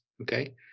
okay